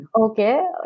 Okay